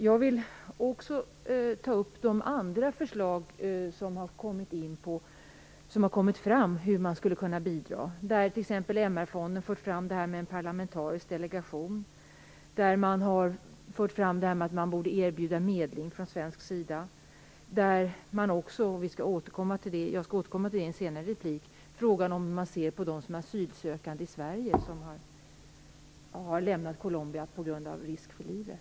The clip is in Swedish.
Jag vill också ta upp de andra förslag som har kommit fram om hur man skulle kunna bidra. MR fonden har t.ex. föreslagit en parlamentarisk delegation. Det har också förts fram att man från svensk sida borde erbjuda medling. Jag skall i en senare replik återkomma till frågan hur man ser på asylsökande i Sverige som har lämnat Colombia på grund av risk för livet.